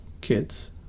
kids